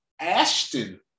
Ashton